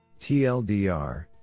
TLDR